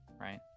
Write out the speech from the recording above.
right